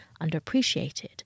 underappreciated